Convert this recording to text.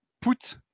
put